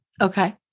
Okay